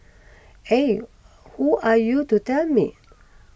eh who are you to tell me